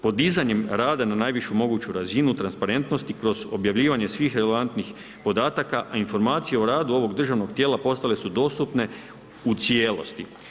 Podizanjem rada na najvišu moguću razinu transparentnosti kroz objavljivanje svih relevantnih podataka a informacije o radu ovog državnog tijela postale su dostupne u cijelosti.